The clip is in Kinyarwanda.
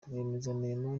rwiyemezamirimo